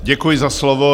Děkuji za slovo.